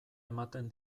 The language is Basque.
ematen